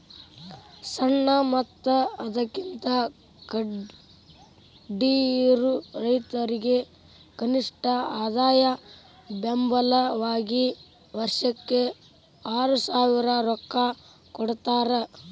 ಸಣ್ಣ ಮತ್ತ ಅದಕಿಂತ ಕಡ್ಮಿಯಿರು ರೈತರಿಗೆ ಕನಿಷ್ಠ ಆದಾಯ ಬೆಂಬಲ ವಾಗಿ ವರ್ಷಕ್ಕ ಆರಸಾವಿರ ರೊಕ್ಕಾ ಕೊಡತಾರ